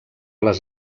les